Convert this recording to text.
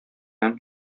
һәм